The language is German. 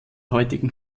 heutigen